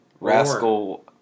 Rascal